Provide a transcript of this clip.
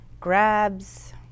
grabs